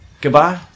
Goodbye